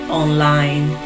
online